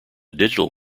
digital